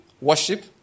worship